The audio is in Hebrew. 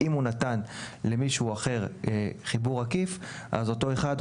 אם הוא נתן למישהו אחר חיבור עקיף אז אותו אחד,